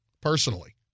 personally